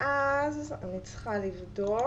אז זה יוצא פחות,